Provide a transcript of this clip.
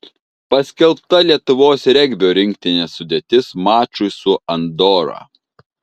paskelbta lietuvos regbio rinktinės sudėtis mačui su andora